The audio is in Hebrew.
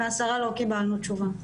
מהשרה לא קיבלנו תשובה.